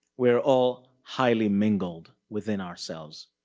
we're all highly mingled within ourselves.